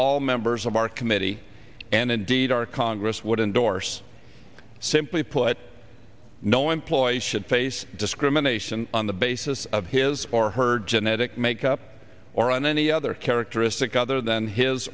all men burrs of our committee and indeed our congress would endorse simply put it no employee should face discrimination on the basis of his or her genetic makeup or any other characteristic other than his